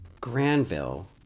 Granville